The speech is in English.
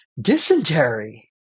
Dysentery